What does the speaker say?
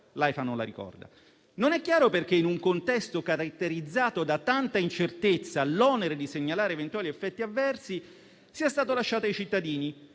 l'AIFA non la ricorda. Non è chiaro perché, in un contesto caratterizzato da tanta incertezza, l'onere di segnalare eventuali effetti avversi sia stato lasciato ai cittadini,